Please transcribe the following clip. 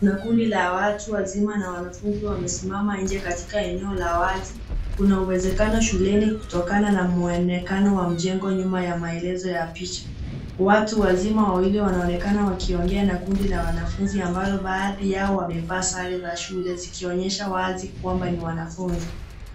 Kuna kundi la watu wazima na wanafunzi, wamesimama inje katika eneo la wazi. Kuna uwezakano shuleni, kutokana na mwonekano wa mjengo nyuma ya maelezo ya picha. Watu wazima wawili wanaonekana wakiongea na kundi la wanafunzi ambalo baadhi yao wamevaa sare za shule ,zikionyesha wazi kwamba ni wanafunzi.